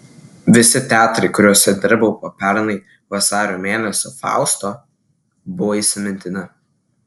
visi teatrai kuriuose dirbau po pernai vasario mėnesio fausto buvo įsimintini